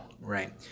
Right